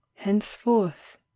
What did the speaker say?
Henceforth